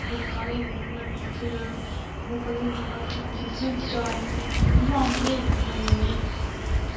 फिर बुक्कां लेई दिन्ने होने नमियां फिर बुक्कां लैने बाद फ्ही उ'नें जिल्त जुल्त चाढ़ने होन्ने फ्ही यूनिफार्म बी लेई देनी नमीं उ'नें